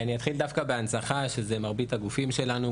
אני אתחיל בהנצחה שזה למרבית הגופים שלנו,